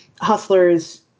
Hustlers